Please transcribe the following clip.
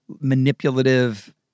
manipulative